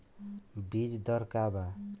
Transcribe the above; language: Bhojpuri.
बीज दर का वा?